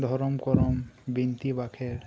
ᱫᱷᱚᱨᱚᱢ ᱠᱚᱨᱚᱢ ᱵᱤᱱᱱᱛᱤ ᱵᱟᱠᱷᱮᱬ